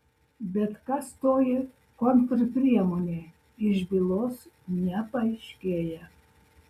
bet kas toji kontrpriemonė iš bylos nepaaiškėja